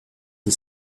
the